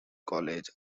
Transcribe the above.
college